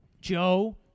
Joe